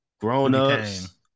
grown-ups